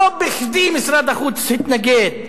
לא בכדי משרד החוץ התנגד,